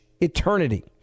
eternity